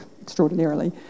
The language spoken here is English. extraordinarily